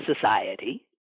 Society